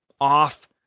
off